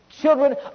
Children